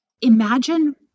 imagine